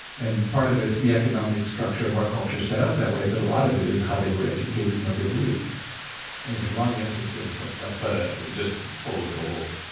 and part of it's the economic structure of our culture set up that way, but a lot of it is how they were educated and what they believe anyway, long answer to a short question but just full of gold.